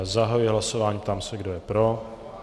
Zahajuji hlasování a ptám se, kdo je pro.